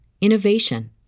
innovation